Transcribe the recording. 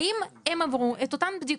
האם הם עברו את אותן בדיקות?